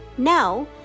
Now